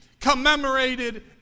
commemorated